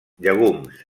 llegums